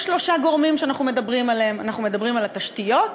יש שלושה גורמים שאנחנו מדברים עליהם: אנחנו מדברים על התשתיות,